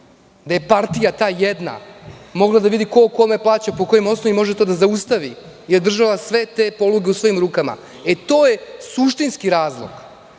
da je ta jedna partija mogla da vidi ko je kome plaćao i po kojim osnovima može to da zaustavi, jer održava sve te poluge u svojim rukama. To je suštinski razlog.